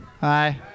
Hi